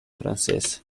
francesa